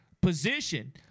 position